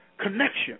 connection